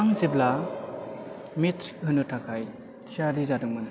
आं जेब्ला मेट्रिक होनो थाखाय थियारि जादोंमोन